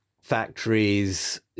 factories